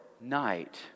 night